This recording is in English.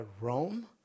Rome